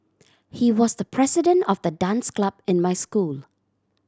he was the president of the dance club in my school